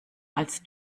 als